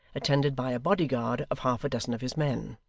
attended by a body-guard of half-a-dozen of his men.